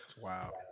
Wow